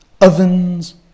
ovens